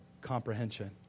comprehension